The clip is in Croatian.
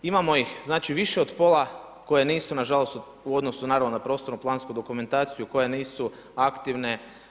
Imamo ih, znači više od pola koje nisu na žalost u odnosu naravno na prostorno-plansku dokumentaciju, koje nisu aktivne.